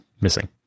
missing